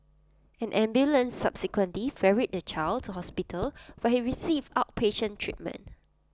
an ambulance subsequently ferried the child to hospital where he received outpatient treatment